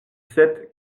sept